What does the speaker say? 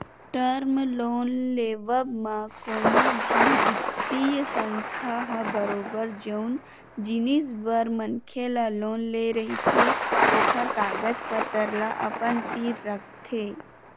term loan लेवब म कोनो भी बित्तीय संस्था ह बरोबर जउन जिनिस बर मनखे ह लोन ले रहिथे ओखर कागज पतर ल अपन तीर राखथे